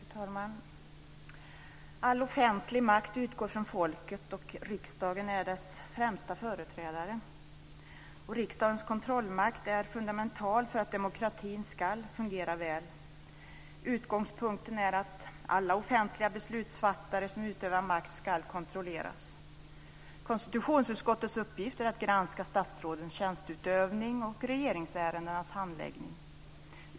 Fru talman! All offentlig makt utgår från folket, och riksdagen är dess främsta företrädare. Riksdagens kontrollmakt är fundamental för att demokratin ska fungera väl. Utgångspunkten är att alla offentliga beslutsfattare som utövar makt ska kontrolleras. Konstitutionsutskottets uppgift är att granska statsrådens tjänsteutövning och regeringsärendenas handläggning.